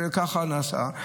וככה נעשה,